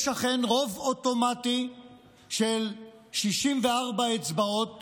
יש אכן רוב אוטומטי של 64 אצבעות